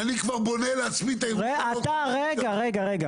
אני כבר בונה לעצמי --- רגע, רגע.